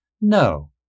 No